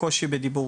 קושי בדיבור,